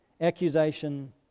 accusation